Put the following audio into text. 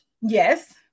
Yes